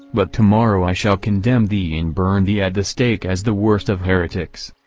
but tomorrow i shall condemn thee and burn thee at the stake as the worst of heretics.